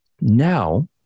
now